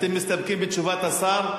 אתם מסתפקים בתשובת השר?